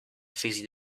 fizzy